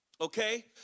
Okay